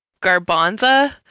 Garbanza